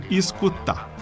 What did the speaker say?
escutar